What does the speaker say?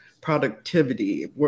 productivity